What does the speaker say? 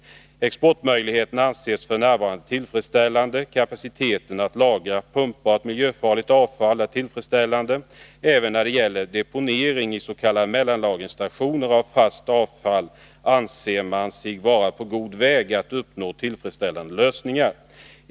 Exportmöjligheterna anses f. n. vara tillfredsställande. Detsamma gäller kapaciteten att lagra pumpbart miljöfarligt avfall. Även beträffande deponering av avfall i s.k. mellanlagringsstationer anser SAKAB sig vara på god väg att uppnå tillfredsställande lösningar.